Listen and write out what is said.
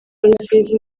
rusizi